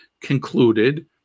concluded